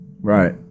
right